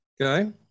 Okay